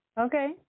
Okay